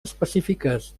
específiques